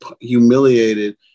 humiliated